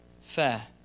fair